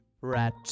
Rat